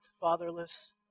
fatherless